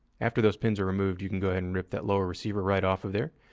after those pins are removed, you can go ahead rip that lower receiver right off of there.